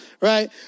right